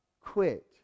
quit